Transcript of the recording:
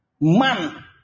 man